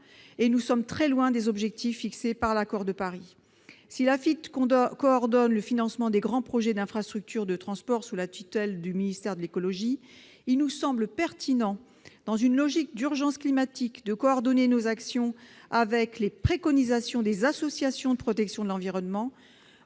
nous sommes très loin des objectifs fixés par l'accord de Paris. Si l'Afitf coordonne le financement des grands projets d'infrastructures de transport sous la tutelle du ministère de l'écologie, il nous semble pertinent, dans une logique d'urgence climatique, de conformer nos actions aux préconisations des associations de protection de l'environnement,